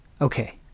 Okay